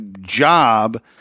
job